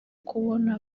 kubona